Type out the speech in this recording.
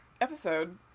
episode